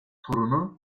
torunu